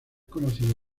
conocida